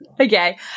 Okay